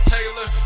Taylor